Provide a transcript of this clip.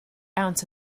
out